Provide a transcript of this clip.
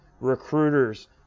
recruiters